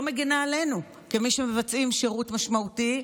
מגינה עלינו כמי שמבצעים שירות משמעותי,